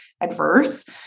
adverse